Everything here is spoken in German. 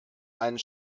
einen